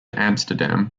amsterdam